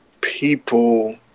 people